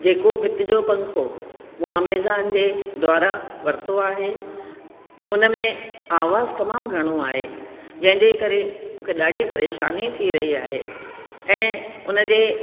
जेको विकामिजो पंखो उहो अमेज़ॉन जे द्वारा वरितो आहे हुन में आवाज़ु तमामु घणो आहे जंहिंजे करे मूंखे ॾाढी परेशानी थी रही आहे ऐं उन जे